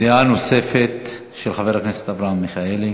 דעה נוספת, של חבר הכנסת אברהם מיכאלי.